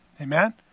Amen